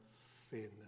sin